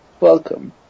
welcome